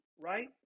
right